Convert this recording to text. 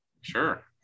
Sure